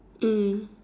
mm